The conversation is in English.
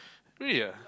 really ah